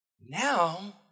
Now